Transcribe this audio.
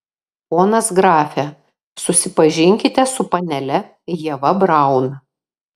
ponas grafe susipažinkite su panele ieva braun